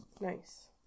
nice